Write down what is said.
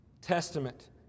testament